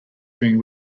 being